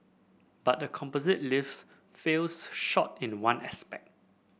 but the composite lift falls short in one aspect